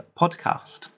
Podcast